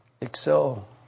Excel